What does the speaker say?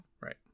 Right